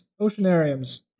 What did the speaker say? Oceanariums